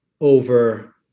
over